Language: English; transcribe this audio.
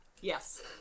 yes